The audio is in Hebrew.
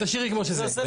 תשאירי כמו שזה.